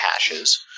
caches